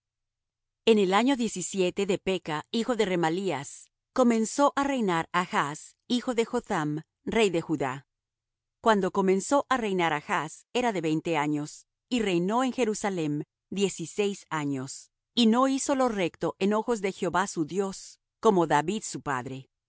en el año diecisiete de peka hijo de remalías comenzó á reinar achz hijo de jotham rey de judá cuando comenzó á reinar achz era de veinte años y reinó en jerusalem dieciséis años y no hizo lo recto en ojos de jehová su dios como david su padre